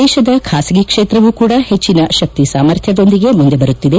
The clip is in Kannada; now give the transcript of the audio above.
ದೇಶದ ಬಾಸಗಿ ಕ್ಷೇತ್ರವೂ ಕೂಡ ಹೆಚ್ಚಿನ ಶಕ್ತಿ ಸಾಮರ್ಥ್ಯದೊಂದಿಗೆ ಮುಂದೆ ಬರುತ್ತಿದೆ